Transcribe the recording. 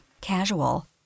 casual